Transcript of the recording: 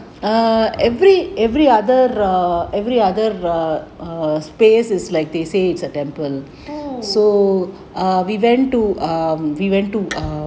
oh